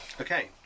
Okay